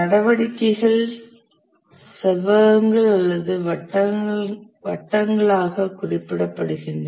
நடவடிக்கைகள் செவ்வகங்கள் அல்லது வட்டங்களாக குறிப்பிடப்படுகின்றன